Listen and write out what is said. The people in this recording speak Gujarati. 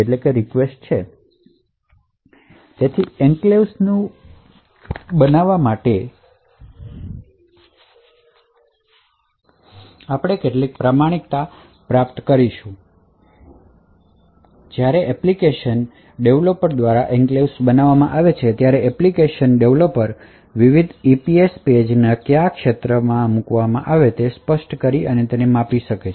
એન્ક્લેવ્સ નું બાંધકામ એન્ક્લેવ્સ ના ઓનર સાથે મેળ ખાતા પરિણામ આપે છે આ તે છે જ્યાં આપણે ખરેખર ઇંતિગ્રીટી પ્રાપ્ત કરીશું કારણ કે જ્યારે એપ્લિકેશન ડેવલોપર દ્વારા એન્ક્લેવ્સ બનાવવામાં આવે છે ત્યારે એપ્લિકેશન ડેવલોપર ખરેખર વિવિધ EPC પેજ ના કયા ક્ષેત્રને સ્પષ્ટ કરી શકે છે માપવા જોઇએ